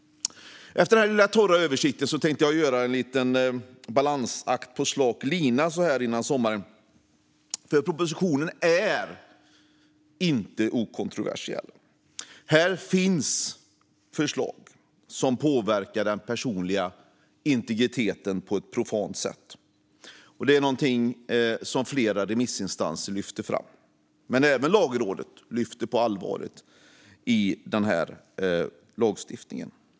Efter denna lite torra översikt tänker jag försöka mig på en balansakt på slak lina så här inför sommaren. Propositionen är nämligen inte okontroversiell. Här finns förslag som påverkar den personliga integriteten på ett grundligt sätt. Det lyfter flera remissinstanser fram. Även Lagrådet pekar på allvaret i fråga om den här lagstiftningen.